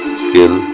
skill